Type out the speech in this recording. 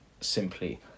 simply